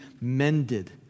mended